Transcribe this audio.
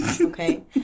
Okay